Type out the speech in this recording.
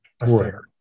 affair